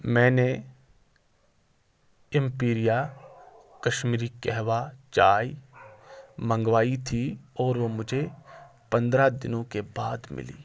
میں نے ایمپیریا کشمیری قہوہ چائے منگوائی تھی اور وہ مجھے پندرہ دنوں کے بعد ملی